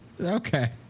Okay